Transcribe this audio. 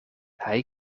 hij